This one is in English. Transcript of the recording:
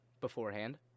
beforehand